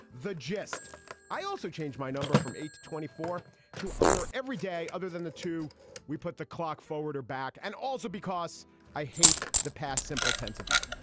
the gist i also changed my number from eight to twenty four to honor every day other than the two we put the clock forward or back. and also because i hate the past simple tense of eat